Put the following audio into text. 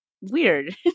weird